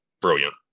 Brilliant